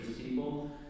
people